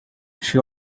she